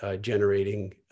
generating